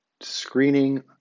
screening